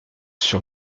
sur